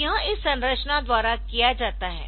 तो यह इस संरचना द्वारा किया जाता है